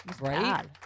right